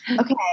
Okay